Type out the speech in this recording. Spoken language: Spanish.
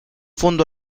fondo